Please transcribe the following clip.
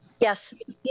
Yes